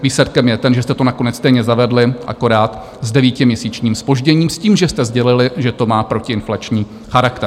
Výsledkem je, že jste to nakonec stejně zavedli, akorát s devítiměsíčním zpožděním s tím, že jste sdělili, že to má protiinflační charakter.